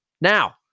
Now